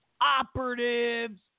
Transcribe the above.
operatives